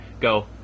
go